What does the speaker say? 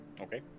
Okay